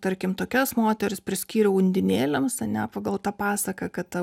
tarkim tokias moteris priskyriau undinėlėms ane pagal tą pasaką kad ta